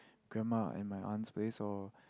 grandma and my aunt's place or